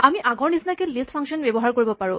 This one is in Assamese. আমি আগৰ নিচিনাকে লিষ্ট ফাংচন ব্যৱহাৰ কৰিব লাগিব